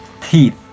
teeth